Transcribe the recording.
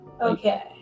okay